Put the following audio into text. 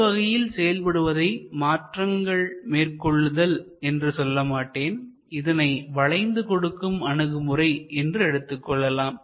இந்த வகையில் செயல்படுவதை மாற்றங்கள் மேற்கொள்ளுதல் என்று சொல்லமாட்டேன் இதனை வளைந்து கொடுக்கும் அணுகுமுறை என்று எடுத்துக் கொள்ளலாம்